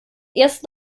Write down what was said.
erst